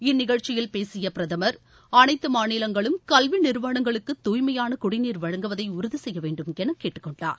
இந்நிகழ்ச்சியில் பேசிய பிரதமர் அனைத்து மாநிலங்களும் கல்வி நிறுவனங்களுக்கு தூய்மையான குடிநீர் வழங்குவதை உறுதி செய்ய வேண்டும் என கேட்டுக்கொண்டார்